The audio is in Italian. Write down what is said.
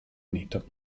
unito